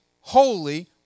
holy